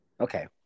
Okay